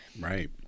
right